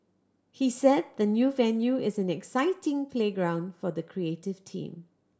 he said the new venue is an exciting playground for the creative team